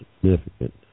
significant